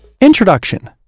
Introduction